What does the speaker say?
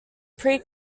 pre